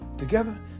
together